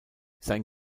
sein